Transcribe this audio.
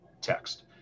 text